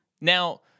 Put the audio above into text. Now